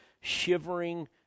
shivering